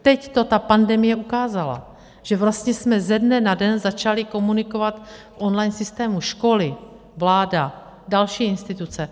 Teď to ta pandemie ukázala, že vlastně jsme na den začali komunikovat v online systému, školy, vláda, další instituce.